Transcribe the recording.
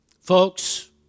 folks